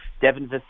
Devin